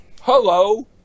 hello